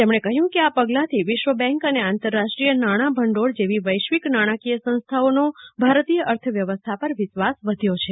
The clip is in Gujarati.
તેમણે કહયું કે આ પગલાં થી વિશ્વ બેંક અને આંતરરાષ્ટ્રીય નાણાં ભંડોળ જેવી વેશ્વિક નાણાંકીય સંસ્થાઓનો ભારતીય અર્થવ્યવસ્થા પર વિશ્વાસ વધ્યો છે